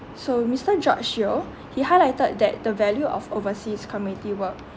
so mister george yeo he highlighted that the value of overseas community work